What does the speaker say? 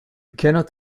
cannot